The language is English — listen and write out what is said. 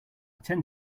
tend